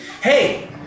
hey